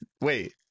Wait